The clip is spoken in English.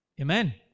Amen